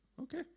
Okay